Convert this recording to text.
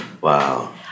Wow